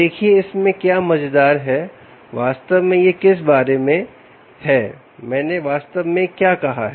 देखिए इसमें क्या मजेदार है वास्तव में यह किस बारे में मैंने वास्तव में क्या कहा है